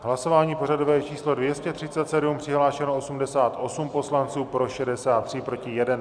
Hlasování pořadové číslo 237, přihlášeno 88 poslanců, pro 63, proti 1.